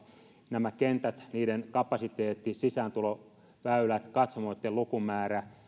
nämä kentät niiden kapasiteetti sisääntuloväylät katsomoitten lukumäärä